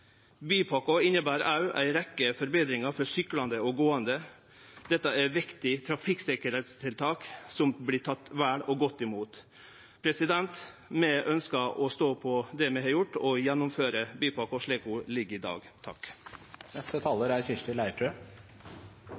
Bypakka inneber òg ei rekkje forbetringar for syklande og gåande. Dette er viktige trafikksikkerheitstiltak som vert tekne godt imot. Vi ønskjer å stå fast på det vi har gjort, og gjennomføre bypakka slik ho ligg føre i dag.